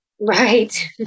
Right